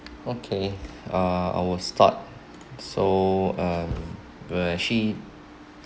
okay uh I will start so uh where she